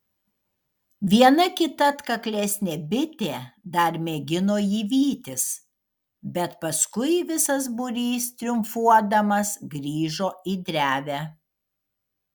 viena kita atkaklesnė bitė dar mėgino jį vytis bet paskui visas būrys triumfuodamas grįžo į drevę